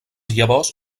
llavors